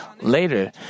Later